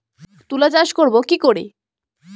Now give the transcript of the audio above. তুলা চাষ করব কি করে?